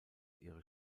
ihre